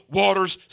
waters